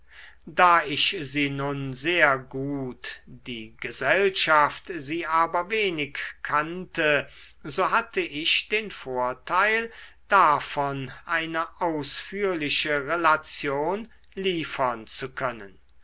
da ich sie nun sehr gut die gesellschaft sie aber wenig kannte so hatte ich den vorteil davon eine ausführliche relation liefern zu können